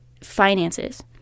finances